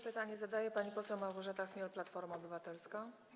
Pytanie zadaje pani poseł Małgorzata Chmiel, Platforma Obywatelska.